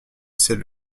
c’est